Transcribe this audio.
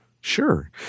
Sure